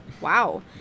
wow